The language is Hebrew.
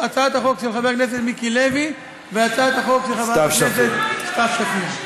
הצעת החוק של חבר הכנסת מיקי לוי והצעת החוק של חברת הכנסת סתיו שפיר.